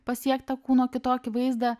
pasiekt tą kūno kitokį vaizdą